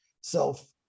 self